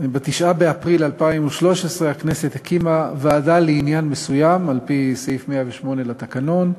ב-9 באפריל 2013 הקימה הכנסת ועדה לעניין מסוים על-פי סעיף 108 לתקנון,